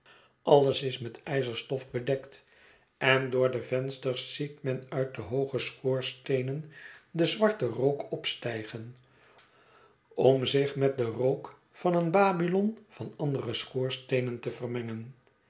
alles is met ij zerstof bedekt en door de vensters ziet men uit de hooge schoorsteenen den zwarten rook opstijgen om zich met den rook van een babyion van andere schoorsteenen te vermengen